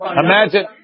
imagine